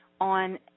on